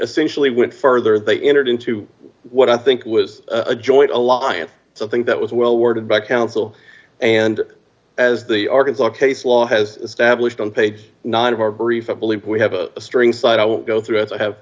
essentially went further they entered into what i think was a joint a law and something that was well worded by counsel and as the arkansas case law has established on page nine of our brief i believe we have a string site i won't go through as i have